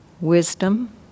wisdom